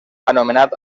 anomenat